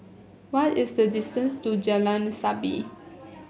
what is the distance to Jalan Sabit